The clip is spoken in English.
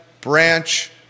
Branch